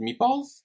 Meatballs